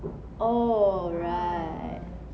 oh right